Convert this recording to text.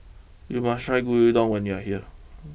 you must try Gyudon when you are here